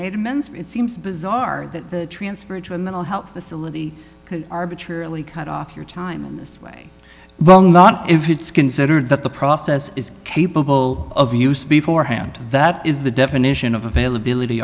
made amends it seems bizarre that the transfer to a mental health facility could arbitrarily cut off your time in this way well not if it's considered that the process is capable of use before hand that is the definition of availability